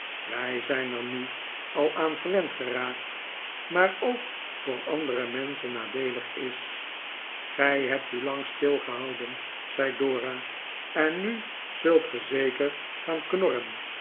wij zijn er nu al aan gewend geraakt maar ook voor andere menschen nadeelig is gij hebt u lang stilgehouden zei dora en nu zult ge zeker gaan knorren